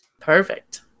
Perfect